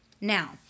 Now